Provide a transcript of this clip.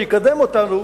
זה יקדם אותנו,